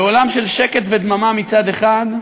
בעולם של שקט ודממה מצד אחד,